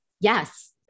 yes